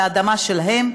על האדמה שלהם,